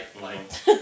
right